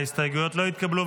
ההסתייגויות לא התקבלו.